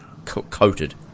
coated